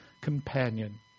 companion